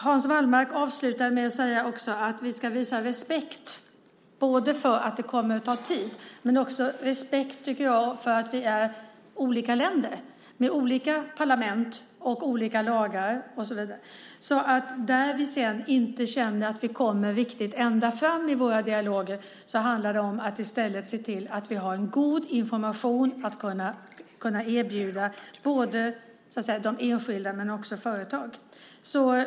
Hans Wallmark avslutade med att säga att vi ska visa respekt för att det kommer att ta tid. Jag tycker att vi också ska visa respekt för att vi är olika länder med olika parlament och olika lagar. Där vi känner att vi inte kommer ända fram i våra dialoger handlar det om att se till att vi har god information att erbjuda både enskilda och företag.